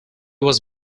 was